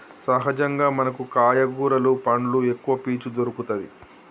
సహజంగా మనకు కాయ కూరలు పండ్లు ఎక్కవ పీచు దొరుకతది